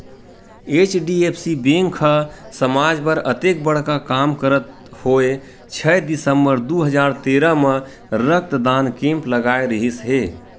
HDFC bank ह समाज बर अतेक बड़का काम करत होय छै दिसंबर दू हजार तेरा म रक्तदान कैम्प लगाय रिहिस हे